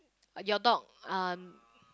your dog um